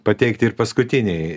pateikti ir paskutinei